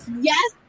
Yes